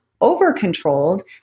over-controlled